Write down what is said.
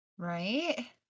Right